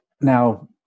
Now